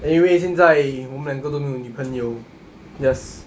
anyway 现在我们两个都没有女朋友 just